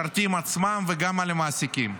וגם על המעסיקים.